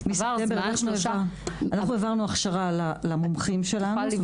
אנחנו העברנו הכשרה למומחים שלנו.